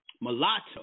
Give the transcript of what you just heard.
mulatto